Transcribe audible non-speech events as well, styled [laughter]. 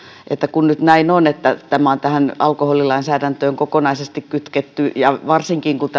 että kun nyt näin on että tämä on tähän alkoholilainsäädäntöön kokonaisesti kytketty ja varsinkin kun [unintelligible]